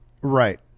Right